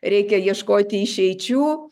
reikia ieškoti išeičių